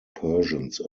persians